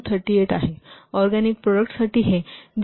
38 आहे ऑरगॅनिक प्रॉडक्टसाठी हे 0